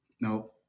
no